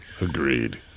Agreed